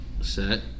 set